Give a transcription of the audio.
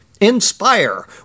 Inspire